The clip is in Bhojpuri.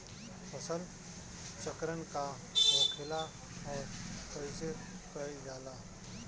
फसल चक्रण का होखेला और कईसे कईल जाला?